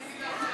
איזה הפתעה?